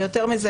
ויותר מזה,